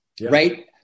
right